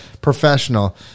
professional